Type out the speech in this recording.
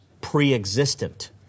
pre-existent